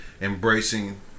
embracing